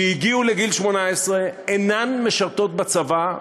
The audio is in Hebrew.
שהגיעו לגיל 18 אינן משרתות בצבא.